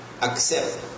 accept